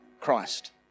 Christ